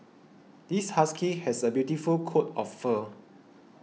this husky has a beautiful coat of fur